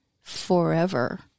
forever